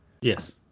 Yes